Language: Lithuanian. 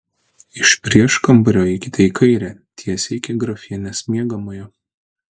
iš prieškambario eikite į kairę tiesiai iki grafienės miegamojo